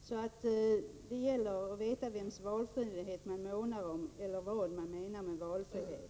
Det gäller alltså att veta vems valfrihet man månar om och vad man menar med valfrihet.